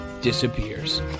disappears